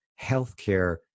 healthcare